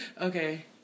okay